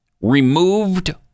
removed